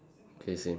okay same